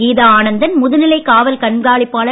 கீதா ஆனந்தன் முதுநிலை காவல் கண்காணிப்பாளர்